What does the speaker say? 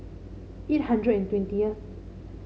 eight hundred and twentieth